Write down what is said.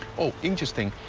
oh, interesting.